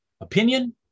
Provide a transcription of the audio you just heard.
opinion